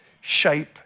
shape